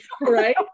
Right